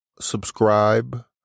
subscribe